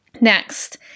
Next